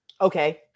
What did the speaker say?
Okay